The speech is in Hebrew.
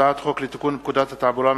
הצעת חוק לתיקון פקודת התעבורה (מס'